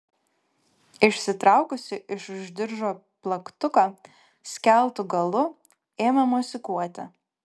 išsitraukusi iš už diržo plaktuką skeltu galu ėmė mosikuoti